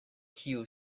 kiu